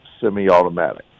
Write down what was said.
semi-automatic